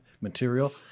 material